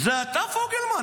זה אתה, פוגלמן.